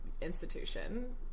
institution